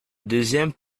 deuxième